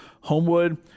Homewood